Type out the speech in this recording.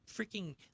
freaking